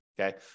Okay